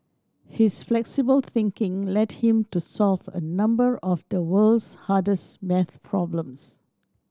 his flexible thinking led him to solve a number of the world's hardest maths problems